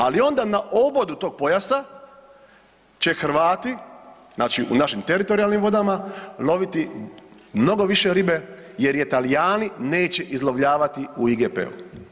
Ali onda na obodu tog pojasa će Hrvati u našim teritorijalnim vodama loviti mnogo više ribe jer je Talijani neće izlovljavati u IGP-u.